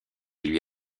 lui